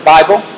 Bible